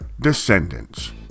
descendants